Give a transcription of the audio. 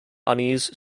unease